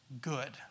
good